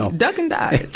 ah duck and dive.